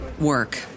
work